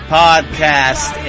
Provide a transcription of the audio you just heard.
podcast